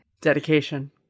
Dedication